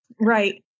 Right